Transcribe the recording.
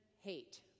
hate